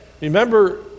Remember